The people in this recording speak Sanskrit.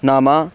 नाम